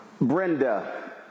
Brenda